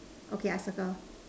okay I circle